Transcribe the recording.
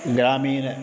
ग्रामीणं